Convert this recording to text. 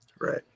Right